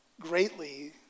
greatly